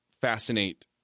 fascinate